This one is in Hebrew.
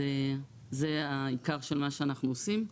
זה העיקר של מה שאנחנו עושים.